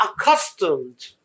accustomed